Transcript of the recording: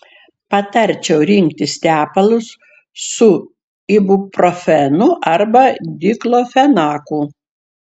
patarčiau rinktis tepalus su ibuprofenu arba diklofenaku